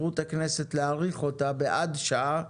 אמרנו שהוועדה תשקול בחיוב,